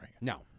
No